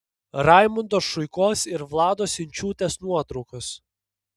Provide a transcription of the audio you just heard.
raimundo šuikos ir vlados inčiūtės nuotraukos